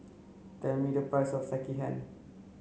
tell me the price of Sekihan